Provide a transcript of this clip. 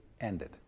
ended